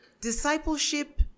Discipleship